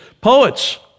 poets